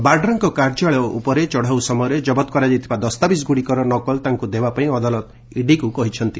ବାଡ୍ରାଙ୍କ କାର୍ଯ୍ୟାଳୟ ଉପରେ ଚଢାଉ ସମୟରେ ଜବତ କରାଯାଇଥିବା ଦସ୍ତାବିଜ୍ ଗୁଡିକର ନକଲ ତାଙ୍କୁ ଦେବା ପାଇଁ ଅଦାଲତ ଇଡିକୁ କହିଛନ୍ତି